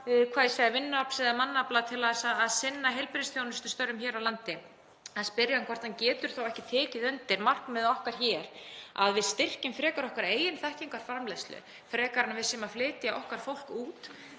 hvað á ég segja, vinnuafls eða mannafla til að sinna heilbrigðisþjónustustörfum hér á landi, að spyrja hann hvort hann geti ekki tekið undir markmið okkar hér að við styrkjum okkar eigin þekkingarframleiðslu frekar en að við séum að flytja okkar fólk út,